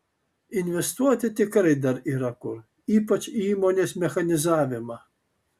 investuoti tikrai dar yra kur ypač į įmonės mechanizavimą